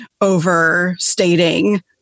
overstating